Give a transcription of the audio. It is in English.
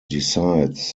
decides